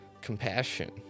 compassion